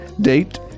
date